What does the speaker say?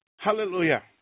Hallelujah